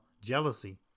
jealousy